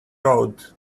road